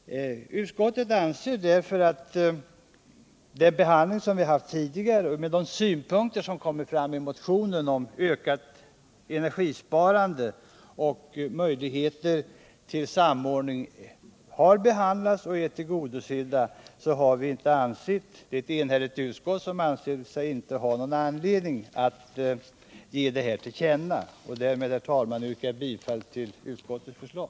Utskottet anser att motionens synpunkter om energisparande och möjligheter till samåkning redan har uppmärksammats och är tillgodosedda. Ett enhälligt utskott har därför inte funnit anledning att uttala sig för en översyn av leasingsystemet. Med det anförda, herr talman, yrkar jag bifall till utskottets förslag.